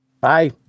Bye